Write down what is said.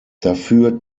dafür